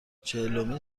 چهلمین